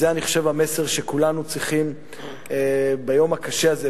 זה המסר שכולנו צריכים ביום הקשה הזה,